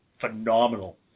phenomenal